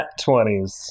20s